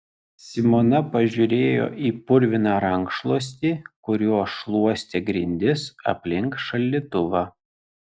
simona pažiūrėjo į purviną rankšluostį kuriuo šluostė grindis aplink šaldytuvą